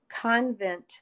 convent